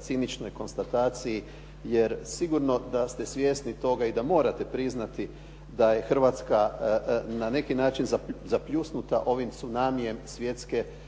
ciničnoj konstataciji, jer sigurno da ste svjesni toga i da morate priznati da je Hrvatska na neki način zapljusnuta ovim tsunamijem svjetske i